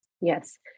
Yes